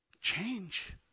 Change